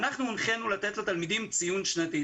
אנחנו הונחינו לתת לתלמידים ציון שנתי,